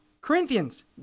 Corinthians